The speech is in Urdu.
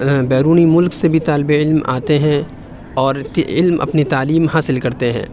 بیرونی ملک سے بھی طالب علم آتے ہیں اور کہ علم اپنی تعلیم حاصل کرتے ہیں